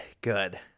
good